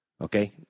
Okay